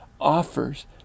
offers